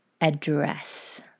address